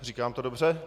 Říkám to dobře?